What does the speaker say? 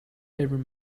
every